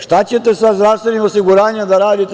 Šta ćete sa zdravstvenim osiguranjem da uradite?